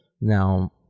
Now